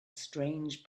strange